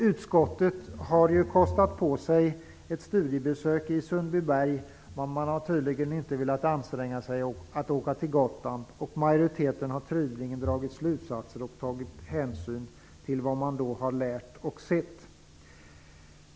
Utskottet har kostat på sig ett studiebesök i Sundbyberg, men man har inte velat anstränga sig för att åka till Gotland. Majoriteten har tydligen dragit slutsatser av och tagit hänsyn till vad man då har lärt och sett.